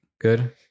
Good